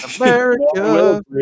America